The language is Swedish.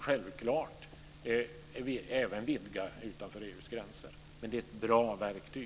Självklart vill vi även vidga det här utanför EU:s gränser, men det är ett bra verktyg.